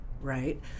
right